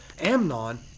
Amnon